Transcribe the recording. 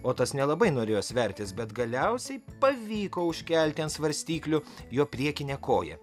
otas nelabai norėjo svertis bet galiausiai pavyko užkelti ant svarstyklių jo priekinę koją